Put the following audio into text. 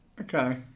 Okay